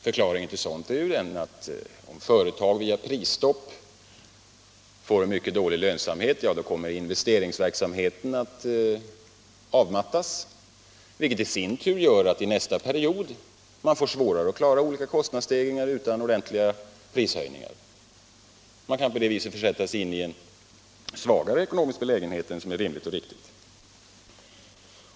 Förklaringen till detta är den att om företag via prisstopp får en mycket dålig lönsamhet, kommer investeringsverksamheten att avmattas, vilket i sin tur gör att det under nästa period blir svårare att klara olika kostnadsstegringar utan ordentliga prishöjningar. Man kan på det viset försätta sig i en svagare ekonomisk belägenhet än vad som är rimligt och riktigt.